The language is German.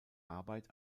arbeit